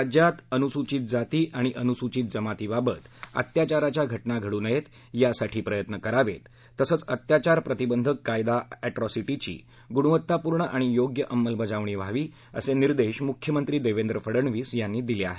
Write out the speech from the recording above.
राज्यात अनुसूचित जाती आणि अनुसूचित जमातीबाबत अत्याचाराच्या घटना घडू नयेत यासाठी प्रयत्न करावेत तसंच अत्याचार प्रतिबंधक कायदा एट्रॉसिटीची गुणवत्तापूर्ण आणि योग्य अंमलबजावणी व्हावी असे निर्देश मुख्यमंत्री देवेंद्र फडणवीस यांनी दिले आहेत